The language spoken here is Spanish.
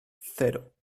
cero